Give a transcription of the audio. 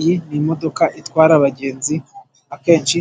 Iyi ni imodoka itwara abagenzi. Akenshi